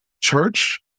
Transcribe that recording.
church